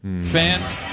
Fans